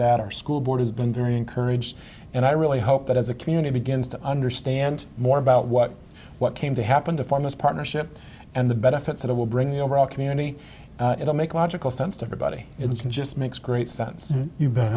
that our school board has been very encouraged and i really hope that as a community begins to understand more about what what came to happen to form this partnership and the benefits that it will bring the overall community it'll make logical sense to everybody it can just makes great sense you bet